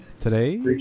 Today